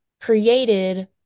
created